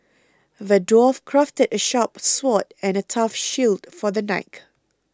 the dwarf crafted a sharp sword and a tough shield for the knight